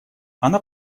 она